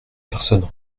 personnes